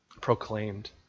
proclaimed